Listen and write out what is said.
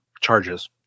charges